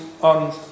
on